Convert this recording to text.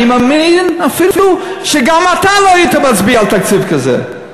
אני מאמין שאפילו אתה לא היית מצביע על תקציב כזה.